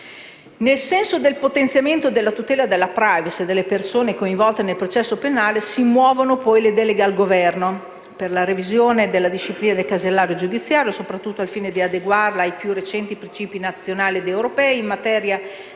Nel senso del potenziamento della tutela della *privacy* delle persone coinvolte nel processo penale si muovono, poi, le deleghe al Governo per la revisione della disciplina del casellario giudiziale (soprattutto al fine di adeguarla ai più recenti principi nazionali ed europei in materia di protezione